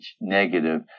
negative